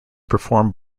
performed